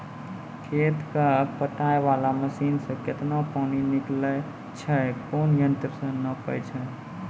खेत कऽ पटाय वाला मसीन से केतना पानी निकलैय छै कोन यंत्र से नपाय छै